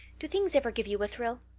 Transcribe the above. do things ever give you a thrill?